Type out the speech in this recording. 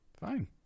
Fine